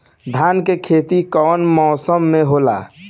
धान के खेती कवन मौसम में होला?